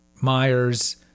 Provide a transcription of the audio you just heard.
Myers